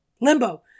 limbo